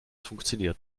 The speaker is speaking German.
funktioniert